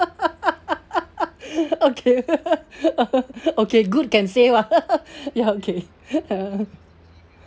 okay okay good can say [what] ya okay